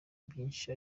byinshi